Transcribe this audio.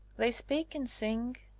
they speak and sing,